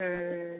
ᱦᱮᱸ